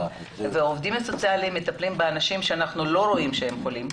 והעובדים הסוציאליים מטפלים שאנחנו לא רואים שהם חולים.